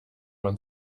man